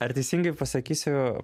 ar teisingai pasakysiu